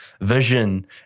vision